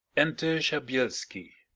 enter shabelski.